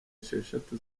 esheshatu